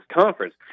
conference